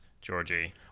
georgie